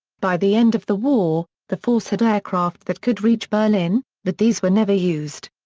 by the end of the war, the force had aircraft that could reach berlin, but these were never used.